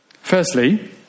Firstly